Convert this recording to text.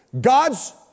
God's